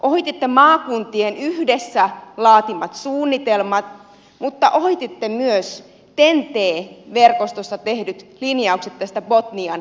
ohititte maakuntien yhdessä laatimat suunnitelmat mutta ohititte myös ten t verkostossa tehdyt linjaukset tästä botnian käytävästä